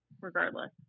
regardless